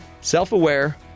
Self-aware